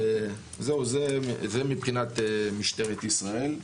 זה מבחינת משטרת ישראל.